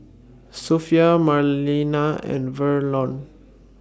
Sophie Marlena and Verlon